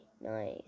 nice